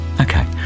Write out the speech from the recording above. Okay